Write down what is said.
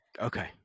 Okay